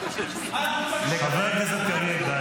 חבר הכנסת קריב.